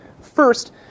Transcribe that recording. First